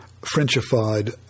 Frenchified